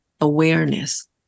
awareness